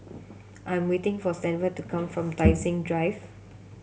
I'm waiting for Stanford to come from Tai Seng Drive